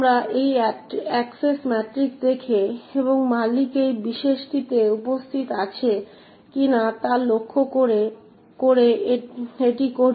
আমরা এটি access matrix দেখে এবং মালিক সেই বিশেষটিতে উপস্থিত আছে কিনা তা লক্ষ্য করে এটি করি